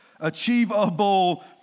achievable